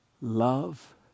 love